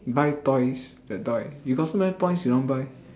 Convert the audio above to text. buy toys that toy you got so many points you don't buy